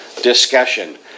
discussion